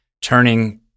turning